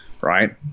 right